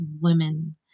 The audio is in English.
women